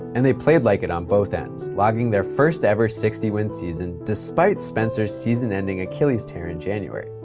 and they played like it on both ends, logging their first-ever sixty win season despite spencer's season-ending achilles tear in january.